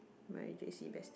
my j_c bestie